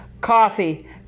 Coffee